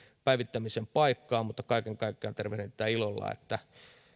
päivittämisen paikkaa mutta kaiken kaikkiaan tervehdin tätä ilolla että